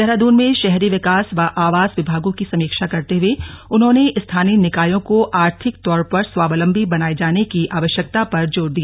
देहरादून में शहरी विकास व आवास विभागों की समीक्षा करते हुए उन्होंने स्थानीय निकायों को आर्थिक तौर पर स्वावलम्बी बनाए जाने की आवश्यकता पर जोर दिया